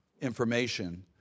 information